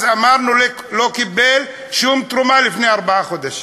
אז אמרנו: לא קיבל שום תרומה לפני ארבעה חודשים,